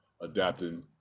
adapting